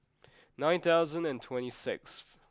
nine thousand and twenty sixth